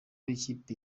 b’ikipe